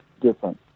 different